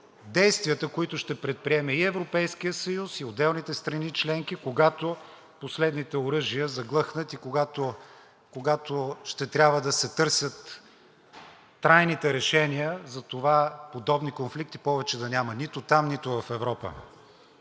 действията, които ще предприеме и Европейският съюз, и отделните страни членки, когато последните оръжия заглъхнат и когато ще трябва да се търсят трайните решения за това подобни конфликти повече да няма нито там, нито в Европа.